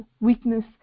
weakness